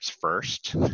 first